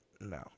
No